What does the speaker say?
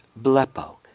blepo